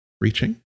reaching